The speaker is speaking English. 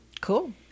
Cool